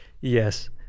Yes